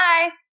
Bye